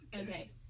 Okay